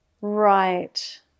Right